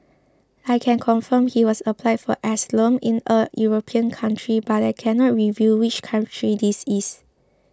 I can confirm he has applied for asylum in a European country but I cannot reveal which country this is